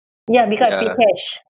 ya because I pay cash